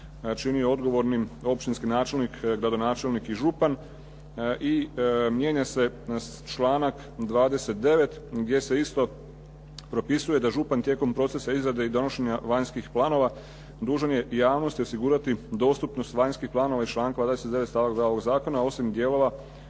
čini odgovornim općinski načelnik, gradonačelnik i župan. I mijenja se članak 29. gdje se isto propisuje da župan tijekom procesa izrade i donošenja vanjskih planova dužan je javnosti osigurati dostupnost vanjskih planova iz članka …/Govornik se ne razumije./…